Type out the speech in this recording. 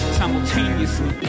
simultaneously